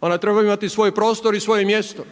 Ona treba imati svoj prostor i svoje mjesto